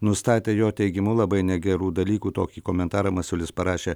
nustatė jo teigimu labai negerų dalykų tokį komentarą masiulis parašė